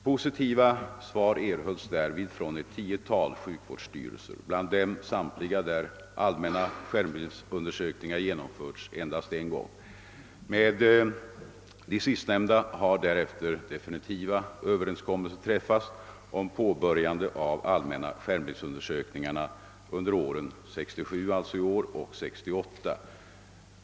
Positiva svar erhölls därvid från ett tiotal sjukvårdsstyrelser, bland dem samtliga de som genomfört allmänna skärm bildsundersökningar endast en gång. Med de sistnämnda har därefter definitiva överenskommelser träffats om påbörjande av allmänna skärmbildsundersökningar under 1967 och 1968.